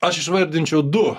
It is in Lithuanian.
aš išvardinčiau du